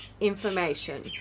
Information